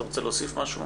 אתה רוצה להוסיף משהו?